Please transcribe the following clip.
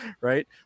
right